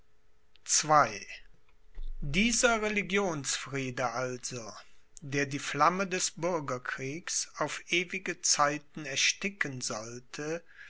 dieser religionsfriede also der die flamme des bürgerkriegs auf ewige zeiten ersticken sollte